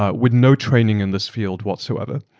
ah with no training in this field whatsoever.